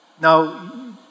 Now